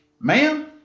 Ma'am